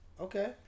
Okay